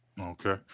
Okay